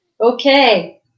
Okay